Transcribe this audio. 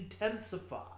intensify